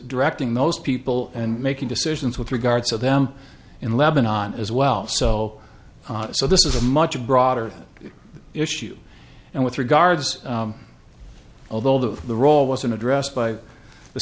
directing those people and making decisions with regard to them in lebanon as well so so this is a much broader issue and with regards although the the role wasn't addressed by the